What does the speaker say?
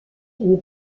lui